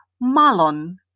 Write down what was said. Malon